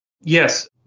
Yes